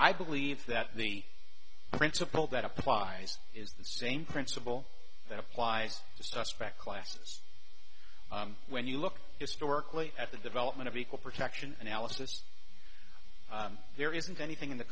i believe that the principle that applies is the same principle that applies to suspect classes when you look historically at the development of equal protection analysis there isn't anything in the